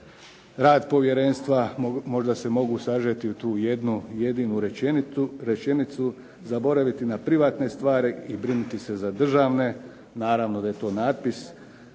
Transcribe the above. rad povjerenstva možda se mogu sažeti u tu jednu jedinu rečenicu. Zaboraviti na privatne stvari i brinuti se za državne. Naravno da je to natpis